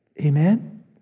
Amen